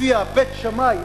לפי בית שמאי,